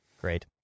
Great